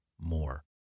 more